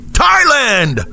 thailand